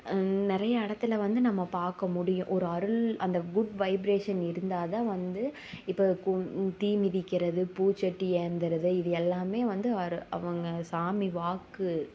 நிறையா இடத்துல வந்து நம்ம பார்க்க முடியும் ஒரு அருள் அந்த குட் வைப்ரேஷன் இருந்தா தான் வந்து இப்போ கு தீமிதிக்கிறது பூச்சட்டி ஏந்துறது இது எல்லாமே வந்து ஒரு அவங்க சாமி வாக்கு